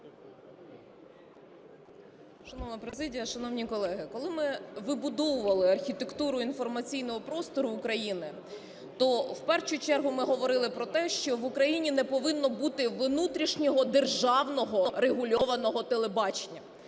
Шановна президія, шановні колеги, коли ми вибудовували архітектуру інформаційного простору України, то в першу чергу ми говорили про те, що в Україні не повинно бути внутрішнього державного регульованого телебачення,